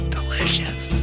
Delicious